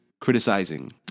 criticizing